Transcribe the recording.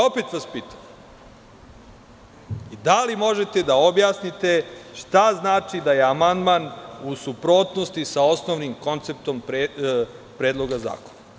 Opet vas pitam, da li možete da objasnite šta znači da je amandman u suprotnosti sa osnovnim konceptom Predloga zakona.